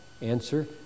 Answer